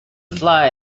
fly